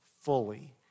fully